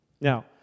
Now